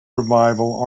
revival